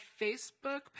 facebook